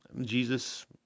Jesus